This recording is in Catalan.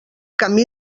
camí